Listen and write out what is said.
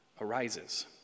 arises